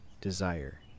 desire